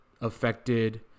affected